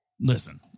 Listen